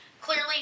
clearly